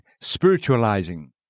spiritualizing